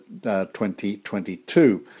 2022